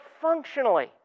functionally